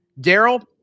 Daryl